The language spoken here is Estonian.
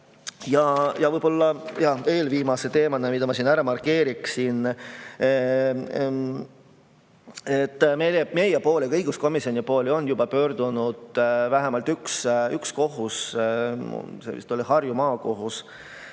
Ja võib-olla eelviimane teema, mille ma siin ära markeerin. Meie, õiguskomisjoni poole on juba pöördunud vähemalt üks kohus – see vist oli Harju Maakohus